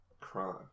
crime